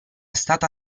stata